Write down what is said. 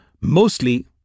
Mostly